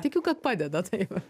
tikiu kad padeda taip